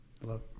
Hello